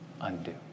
undo